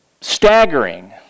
staggering